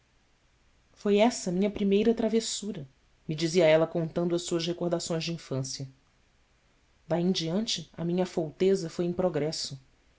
foi essa minha primeira travessura me dizia ela contando as suas recordações de infância daí em diante a minha afouteza foi em progresso